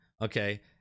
okay